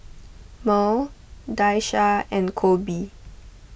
Mearl Daisha and Kolby